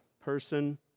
person